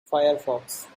firefox